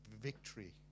victory